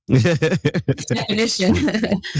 definition